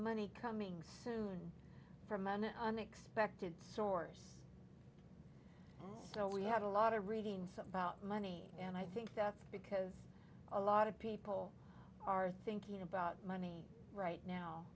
money coming soon from an unexpected source so we have a lot of reading some about money and i think that's because a lot of people are thinking about money right now